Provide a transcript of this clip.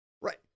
Right